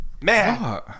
man